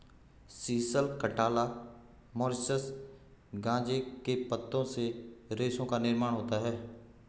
sisal, cantala, Mauritius गांजे के पत्तों से रेशों का निर्माण होता रहा है